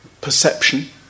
Perception